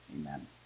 Amen